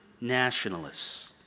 nationalists